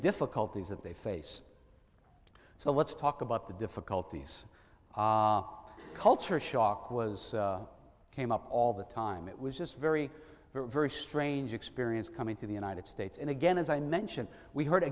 difficulties that they face so let's talk about the difficulties of culture shock was came up all the time it was just very very strange experience coming to the united states and again as i mentioned we heard